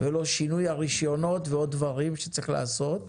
ולא שינוי הרישיונות ועוד דברים שצריך לעשות.